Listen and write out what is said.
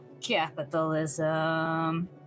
capitalism